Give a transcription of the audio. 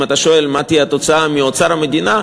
אם אתה שואל מה תהיה התוצאה לגבי אוצר המדינה,